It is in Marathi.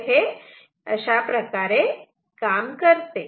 तर हे अशाप्रकारे काम करते